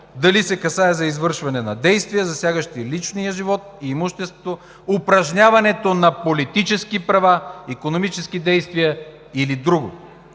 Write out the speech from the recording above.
дали се касае за извършване на действия, засягащи личния живот, имуществото, упражняването на политически права, икономически действия или друго.